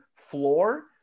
floor